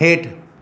हेठि